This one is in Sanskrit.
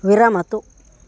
विरमतु